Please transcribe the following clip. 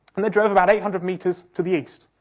and they drove about eight hundred metres to the east,